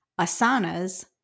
asanas